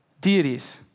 deities